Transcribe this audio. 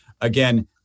again